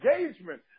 engagement